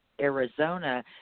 Arizona